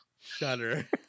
shudder